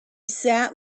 sat